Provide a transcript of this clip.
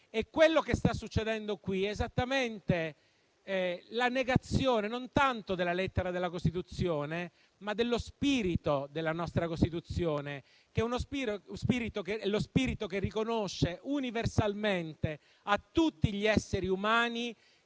Quello che sta succedendo qui è esattamente la negazione non tanto della lettera, ma dello spirito della nostra Costituzione, che riconosce universalmente a tutti gli esseri umani